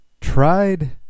tried